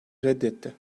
reddetti